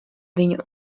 viņu